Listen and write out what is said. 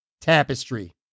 Tapestry